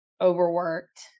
overworked